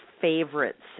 favorites